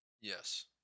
yes